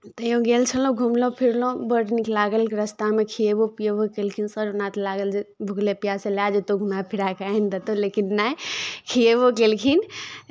तैओ गेल छलहुँ घुमलहुँ फिरलहुँ बड़ नीक लागल रास्तामे खिएबो पिएबो कयलखिन सर हमरा तऽ लागल जे भुखले प्यासले लए जेतहु घुमाए फिराए कऽ आनि देतहु लेकिन नहि खिएबो कयलखिन